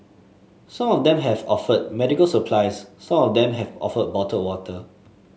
some of them have offered medical supplies some of them have offered bottled water